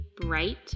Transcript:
bright